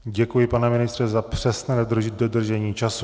Děkuji, pane ministře, za přesné dodržení času.